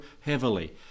heavily